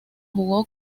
jugó